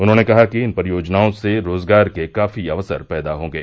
उन्होंने कहा कि इन परियोजनाओं से रोजगार के काफी अवसर पैदा होंगे